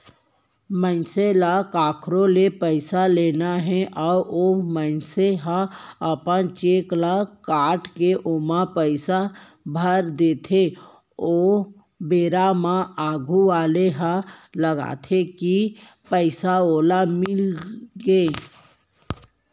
मनसे ल कखरो ले पइसा लेना हे अउ ओ मनसे ह अपन चेक ल काटके ओमा पइसा भरके देथे ओ बेरा म आघू वाले ल लगथे कि पइसा ओला मिलगे